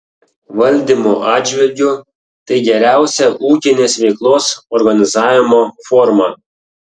valdymo atžvilgiu tai geriausia ūkinės veiklos organizavimo forma